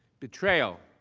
betrayal,